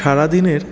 সারাদিনের